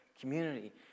community